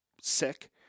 sick